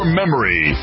memory